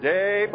Day